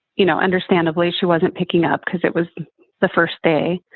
you know, understandably, she wasn't picking up because it was the first day.